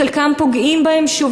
חלקם פוגעים בהן שוב,